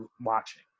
watching